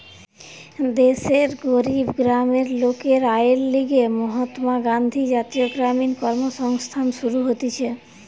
দেশের গরিব গ্রামের লোকের আয়ের লিগে মহাত্মা গান্ধী জাতীয় গ্রামীণ কর্মসংস্থান শুরু হতিছে